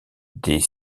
des